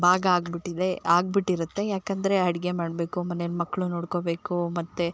ಭಾಗ ಆಗಿಬಿಟ್ಟಿದೆ ಆಗ್ಬಿಟ್ಟಿರುತ್ತೆ ಯಾಕಂದರೆ ಅಡ್ಗೆ ಮಾಡಬೇಕು ಮನೇಲಿ ಮಕ್ಕಳು ನೋಡ್ಕೊಬೇಕು ಮತ್ತು